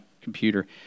computer